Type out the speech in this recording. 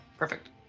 Perfect